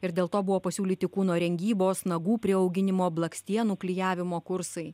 ir dėl to buvo pasiūlyti kūno rengybos nagų priauginimo blakstienų klijavimo kursai